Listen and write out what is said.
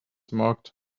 marked